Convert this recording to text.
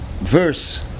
verse